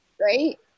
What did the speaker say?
right